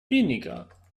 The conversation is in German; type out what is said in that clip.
weniger